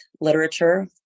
literature